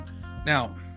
Now